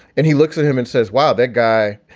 and he looks at him and says, wow, that guy,